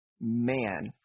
man